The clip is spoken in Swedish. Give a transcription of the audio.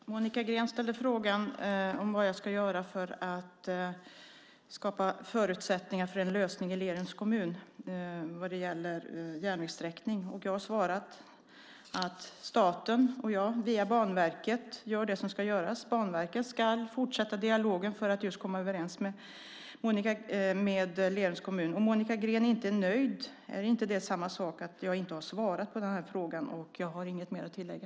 Herr talman! Monica Green ställde frågan vad jag ska göra för att skapa förutsättningar för en lösning i Lerums kommun vad gäller en järnvägssträckning. Jag har svarat att staten och jag via Banverket gör det som ska göras. Banverket ska fortsätta dialogen för att just komma överens med Lerums kommun. Om Monica Green inte är nöjd är inte det samma sak som att jag inte har svarat på den här frågan. Jag har inget mer att tillägga.